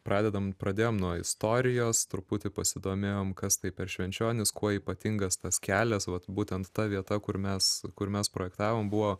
pradedam pradėjom nuo istorijos truputį pasidomėjom kas tai per švenčionys kuo ypatingas tas kelias vat būtent ta vieta kur mes kur mes projektavom buvo